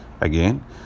Again